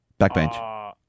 Backbench